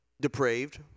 depraved